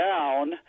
down